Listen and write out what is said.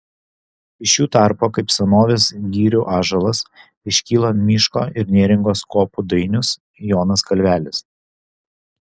iš jų tarpo kaip senovės girių ąžuolas iškyla miško ir neringos kopų dainius jonas kalvelis